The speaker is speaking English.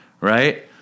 right